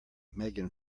megan